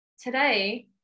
today